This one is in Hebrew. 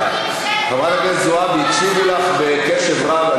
חברת הכנסת זועבי, הקשיבו לך בקשב רב.